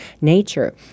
nature